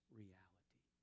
reality